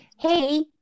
Hey